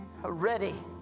ready